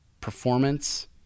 performance